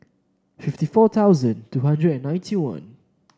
fifty four thousand two hundred and ninety one